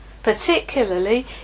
particularly